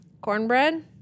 Cornbread